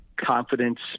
confidence